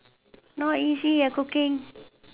not easy ah cooking